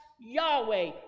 Yahweh